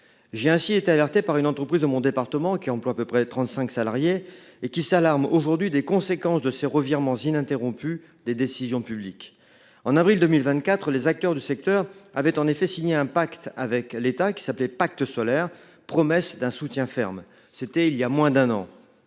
J’ai ainsi été alerté par une entreprise de mon département qui emploie environ trente cinq salariés et qui s’alarme des conséquences des revirements incessants des décisions publiques. En avril 2024, les acteurs du secteur avaient en effet signé avec l’État un Pacte solaire, promesse d’un soutien ferme. C’était il y a moins d’un an.